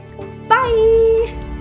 Bye